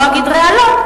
אני לא אגיד "רעלות",